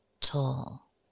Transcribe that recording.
tall